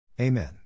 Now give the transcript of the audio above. Amen